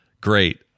great